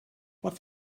what